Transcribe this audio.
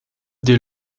des